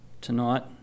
tonight